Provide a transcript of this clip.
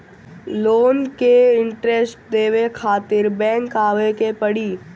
Loan के interest देवे खातिर बैंक आवे के पड़ी?